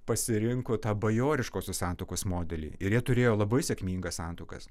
pasirinko tą bajoriškosios santuokos modelį ir jie turėjo labai sėkmingas santuokas